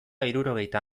hirurogeita